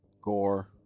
Gore